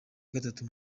gatatu